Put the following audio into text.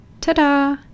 ta-da